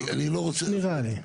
אני ריאלי.